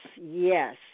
yes